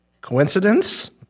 Coincidence